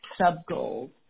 sub-goals